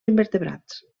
invertebrats